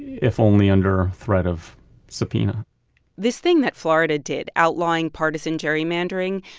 if only under threat of subpoena this thing that florida did, outlawing partisan gerrymandering,